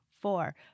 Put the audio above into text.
four